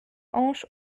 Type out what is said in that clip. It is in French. hanche